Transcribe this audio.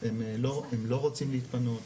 הם לא רוצים להתפנות,